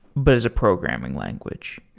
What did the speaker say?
but as a programming language.